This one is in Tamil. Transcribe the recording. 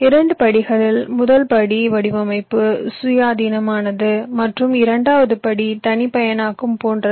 இரண்டு படிகளில் முதல் படி வடிவமைப்பு சுயாதீனமானது மற்றும் இரண்டாவது படி தனிப்பயனாக்கம் போன்றது